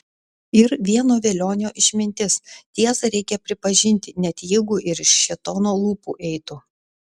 ir vieno velionio išmintis tiesą reikia pripažinti net jeigu ir iš šėtono lūpų eitų